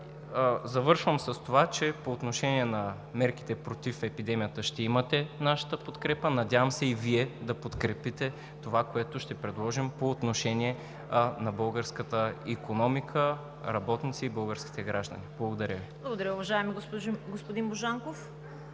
Завършвам с това, че по отношение на мерките против епидемията ще имате нашата подкрепа. Надявам се и Вие да подкрепите онова, което ще предложим по отношение на българската икономика, работници и българските граждани. Благодаря Ви. ПРЕДСЕДАТЕЛ ЦВЕТА КАРАЯНЧЕВА: Благодаря Ви, уважаеми господин Божанков.